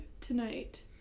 tonight